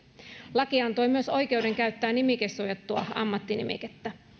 laki antoi myös oikeuden käyttää nimikesuojattua ammattinimikettä